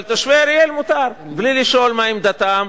אבל תושבי אריאל מותר בלי לשאול מה עמדתם,